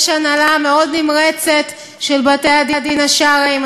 יש הנהלה מאוד נמרצת לבתי-הדין השרעיים,